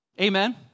Amen